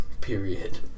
Period